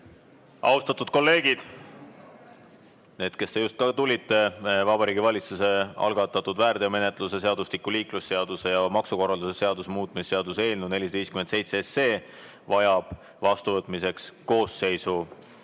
Austatud kolleegid, ka need, kes te just tulite! Vabariigi Valitsuse algatatud väärteomenetluse seadustiku, liiklusseaduse ja maksukorralduse seaduse muutmise seaduse eelnõu 457 vajab vastuvõtmiseks koosseisu